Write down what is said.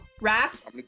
raft